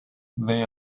they